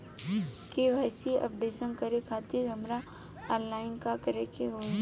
KYC update करे खातिर हमरा ऑनलाइन का करे के होई?